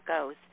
goes